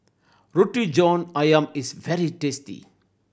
Roti John Ayam is very tasty